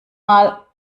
mal